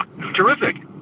Terrific